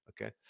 okay